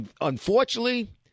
unfortunately